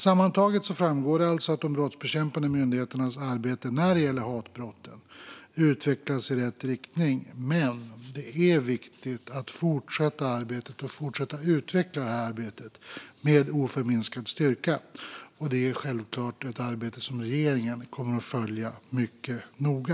Sammantaget framgår det att de brottsbekämpande myndigheternas arbete när det gäller hatbrott utvecklas i rätt riktning, men det är viktigt att fortsätta detta arbete och att fortsätta utveckla detta arbete med oförminskad styrka. Det är självklart ett arbete som regeringen kommer att följa mycket noga.